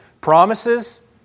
promises